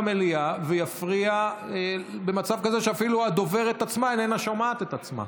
במליאה ויפריע במצב כזה שאפילו הדוברת עצמה אינה שומעת את עצמה.